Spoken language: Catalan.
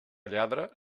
lladra